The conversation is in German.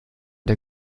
der